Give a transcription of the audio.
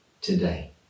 today